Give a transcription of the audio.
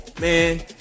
man